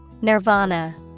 Nirvana